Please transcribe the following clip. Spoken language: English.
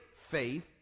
faith